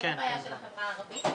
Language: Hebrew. זו לא בעיה של החברה הערבית.